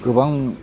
गोबां